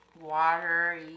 water